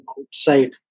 outside